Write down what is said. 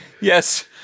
Yes